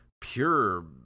pure